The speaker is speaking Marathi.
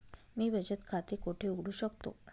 मी बचत खाते कोठे उघडू शकतो?